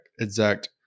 exact